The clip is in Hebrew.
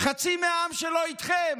חצי מהעם שלא איתכם?